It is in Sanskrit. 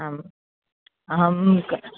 आम् अहं क